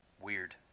weird